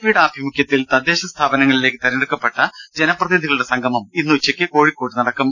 പിയുടെ ആഭിമുഖ്യത്തിൽ തദ്ദേശസ്ഥാപനങ്ങളിലേക്ക് തെരഞ്ഞെടുക്കപ്പെട്ട ജനപ്രതിനിധികളുടെ സംഗമം ഇന്ന് ഉച്ചയ്ക്ക് കോഴിക്കോട്ട് നടക്കും